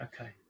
Okay